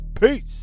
Peace